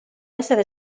essere